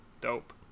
dope